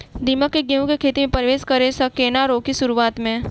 दीमक केँ गेंहूँ केँ खेती मे परवेश करै सँ केना रोकि शुरुआत में?